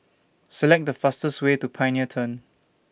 Select The fastest Way to Pioneer Turn